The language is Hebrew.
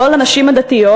לא על הנשים הדתיות,